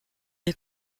les